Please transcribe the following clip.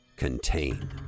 Contain